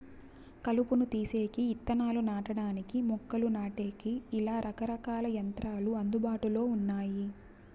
కలుపును తీసేకి, ఇత్తనాలు నాటడానికి, మొక్కలు నాటేకి, ఇలా రకరకాల యంత్రాలు అందుబాటులో ఉన్నాయి